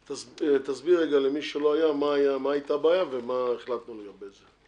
תסביר למי שלא היה מה היתה הבעיה ומה החלטנו לגבי זה.